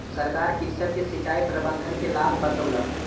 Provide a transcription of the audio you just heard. सरकार कृषक के सिचाई प्रबंधन के लाभ बतौलक